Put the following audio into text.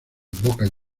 boca